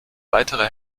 weitere